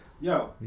yo